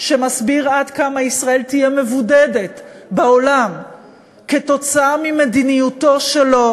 שמסביר עד כמה ישראל תהיה מבודדת בעולם כתוצאה ממדיניותו שלו.